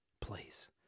please